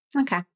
Okay